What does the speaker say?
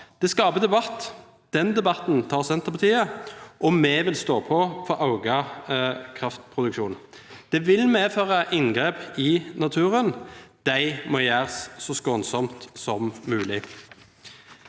Det skaper debatt. Den debatten tar Senterpartiet, og vi vil stå på for å øke kraftproduksjonen. Det vil medføre inngrep i naturen. De må gjøres så skånsomt som mulig.